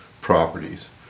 properties